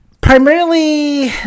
Primarily